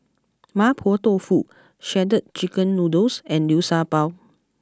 Mapo Tofu Shredded Chicken Noodles and Liu Sha Bao